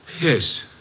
Yes